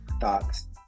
thoughts